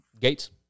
Gates